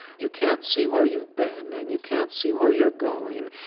you can't see where you've been and you can't see where you're going.